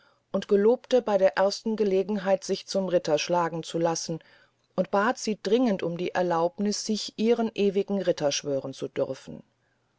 küßte gelobte bey der ersten gelegenheit sich zum ritter schlagen zu lassen und bat sie dringend um die erlaubniß sich ihren ewigen ritter schwören zu dürfen